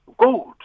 gold